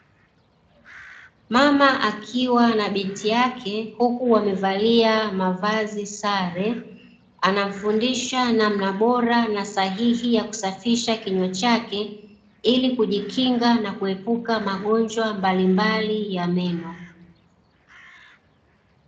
Mama akiwa na binti yake huku wamevalia mavazi sare anamfundisha namna bora na sahihi ya kusafisha kinywa chake ili kujikinga na kuepuka magonjwa mbalimbali ya meno.